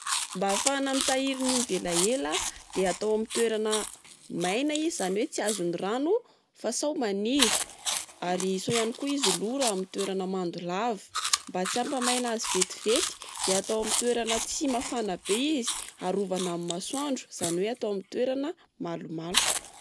Mba ahafahana mitahiry ny ovy elaela dia: atao amin'ny toerana maina izy. Izany hoe tsy azon'ny rano fa sao maniry. Ary sao ihany koa izy lo raha amin'ny toerana mando lava. Mba tsy hampamaina azy vetivety, de atao amin'ny toerana tsy mafana be izy, arovana amin'ny masoandro izany hoe atao amin'ny toerana malomaloka.